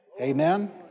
Amen